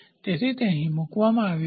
તેથી તે અહીં મૂકવામાં આવ્યું છે